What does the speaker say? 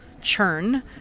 churn